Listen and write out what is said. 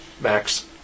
Max